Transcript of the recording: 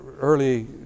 early